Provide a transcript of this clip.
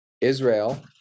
Israel